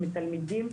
תלמידים,